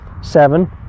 seven